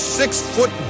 six-foot